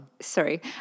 Sorry